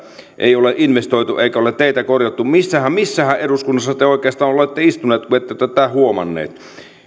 ei ole investoitu eikä ole teitä korjattu missähän eduskunnassa te oikeastaan olette istunut kun ette tätä huomannut